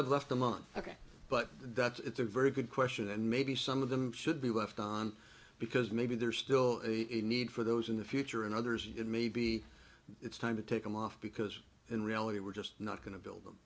i've left a month ok but that's a very good question and maybe some of them should be left on because maybe there's still a need for those in the future and others did maybe it's time to take them off because in reality we're just not going to build them